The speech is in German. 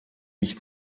mich